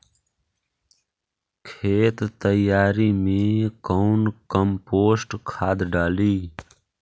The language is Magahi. खेत तैयारी मे कौन कम्पोस्ट खाद डाली?